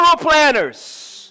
planners